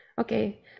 okay